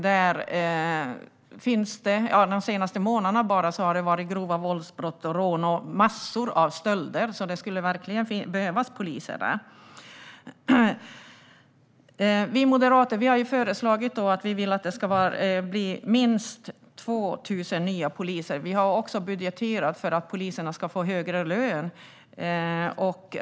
Bara de senaste månaderna har det skett grova våldsbrott, rån och massor av stölder. Det skulle verkligen behövas poliser där. Vi moderater har föreslagit att det ska bli minst 2 000 nya poliser. Vi har också budgeterat för att poliserna ska få högre lön.